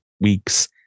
week's